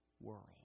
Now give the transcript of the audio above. world